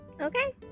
Okay